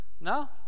no